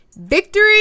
Victory